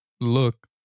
look